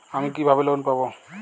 আমি কিভাবে লোন পাব?